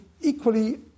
equally